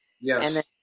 Yes